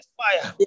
fire